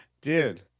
Dude